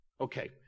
Okay